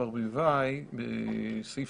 5, בסעיף